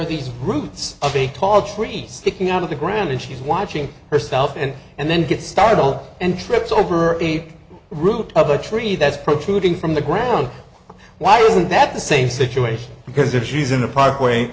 are these routes of big tall trees sticking out of the ground and she's watching herself and and then gets startled and trips over the root of the tree that's protruding from the ground why isn't that the same situation because if she's in a parkway